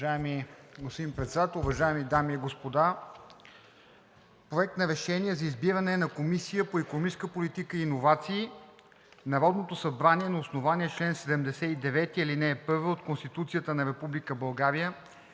Уважаеми господин Председател, уважаеми дами и господа! „Проект! РЕШЕНИЕ за избиране на Комисия по икономическа политика и иновации Народното събрание на основание чл. 79, ал. 1 от Конституцията на